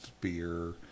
beer